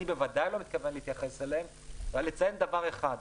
אני בוודאי לא מתכוון להתייחס אליהן אבל אציין דבר אחד: